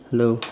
hello